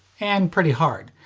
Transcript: and pretty hard.